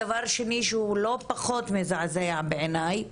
הדבר השני שהוא לא פחות מזעזע בעיניי